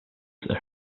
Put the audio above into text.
his